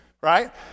Right